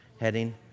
heading